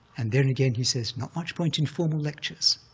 and then again he says, not much point in formal lectures.